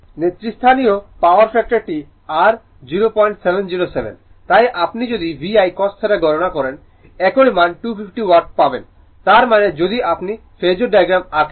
নেতৃস্থানীয় power factor টি r 0707 তাই আপনি যদি VI cos θ গণনা করেন একই মান 250 ওয়াট পাবেন তার মানে যদি আপনি ফেজোর ডায়াগ্রাম আঁকেন